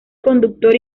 conductor